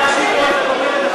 אי-אפשר להקשיב לך.